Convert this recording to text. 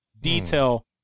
detail